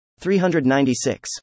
396